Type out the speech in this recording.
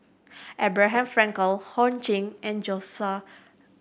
Abraham Frankel Ho Ching and Joshua